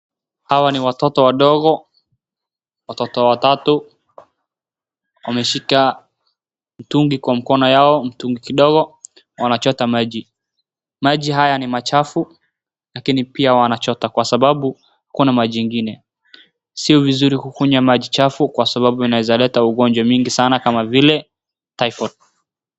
Hawa ni watoto wadongo. Watoto watatu wameshika mtugi kwa mikono yao, mtugi ni kidogo na wanachota maji. Maji haya ni machafu lakini pia wanachota kwa sababu hakuna maji ingine. Sio vizuri kukunywa maji chafu kwa sababu inawezaleta ugonjwa mingi sana kama vile typhoid .